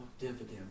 dividends